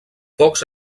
pocs